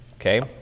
Okay